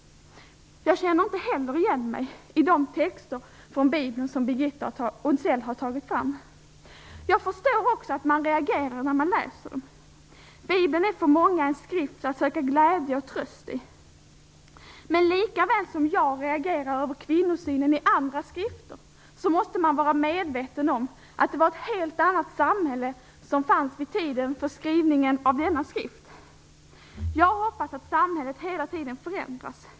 Jag känner inte heller igen mig i de texter från Bibeln som Birgitta Onsell har tagit fram. Jag förstår också att man reagerar när man läser dem. Bibeln är för många en skrift att söka glädje och tröst i. Men likaväl som jag reagerar över kvinnosynen i andra skrifter måste man vara medveten om att det var ett helt annat samhälle som fanns vid tiden då denna skrift skrevs. Jag hoppas att samhället hela tiden förändras.